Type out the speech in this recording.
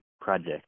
project